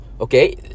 okay